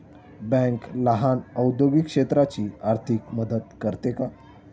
Bank लहान औद्योगिक क्षेत्राची आर्थिक मदत करते का?